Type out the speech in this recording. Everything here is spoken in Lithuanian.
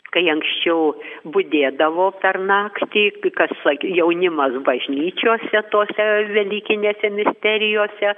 kai anksčiau budėdavo per naktį kas jaunimas bažnyčiose tose velykinėse misterijose